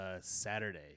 Saturday